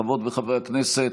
חברות וחברי הכנסת,